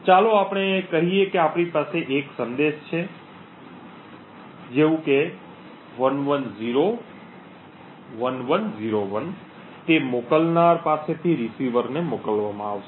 ચાલો આપણે કહીએ કે આપણી પાસે એક સંદેશ છે જેવું કે 1101101 તે મોકલનાર પાસેથી રીસીવરને મોકલવામાં આવશે